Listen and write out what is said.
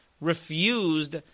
refused